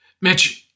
Mitch